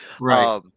Right